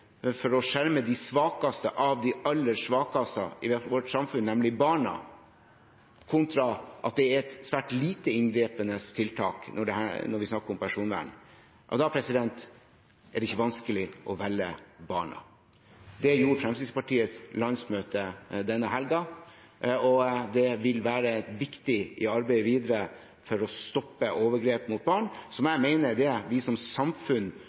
for å skjerme de svakeste av de aller svakeste i vårt samfunn, nemlig barna – kontra det at det er et svært lite inngripende tiltak når vi snakker om personvern, er det ikke vanskelig å velge barna. Det gjorde Fremskrittspartiets landsmøte denne helgen, og det vil være viktig i arbeidet videre for å stoppe overgrep mot barn, som jeg mener vi som samfunn